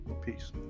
Peace